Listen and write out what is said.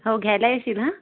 हो घ्यायला येशील हां